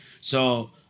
So-